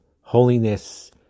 holiness